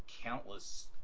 countless